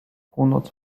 północ